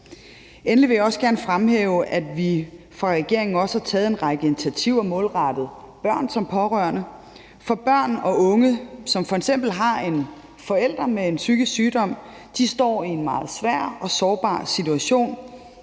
Endelig vil jeg også gerne fremhæve, at vi fra regeringens side også har taget en række initiativer målrettet børn som pårørende. For børn og unge, som f.eks. har en forælder med en psykisk sygdom, står i en meget svær og sårbar situation.